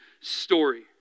story